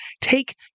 take